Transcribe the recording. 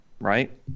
right